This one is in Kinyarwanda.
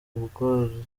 ubworoherane